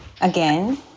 again